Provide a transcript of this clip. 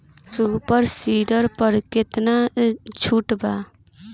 Super seeder पर केतना छूट बा?